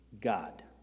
God